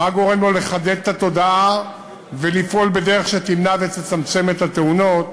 מה גורם לו לחדד את התודעה ולפעול בדרך שתמנע ותצמצם את התאונות,